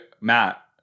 Matt